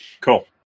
Cool